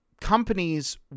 companies